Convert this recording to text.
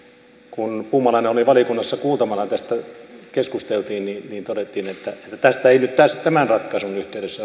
kun puumalainen oli valiokunnassa kuultavana ja tästä keskusteltiin niin todettiin että tästä ei nyt tämän ratkaisun yhteydessä